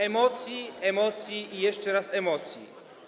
Emocje, emocje i jeszcze raz emocje.